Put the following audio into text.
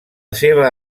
seva